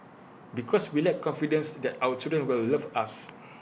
because we lack confidence that our children will love us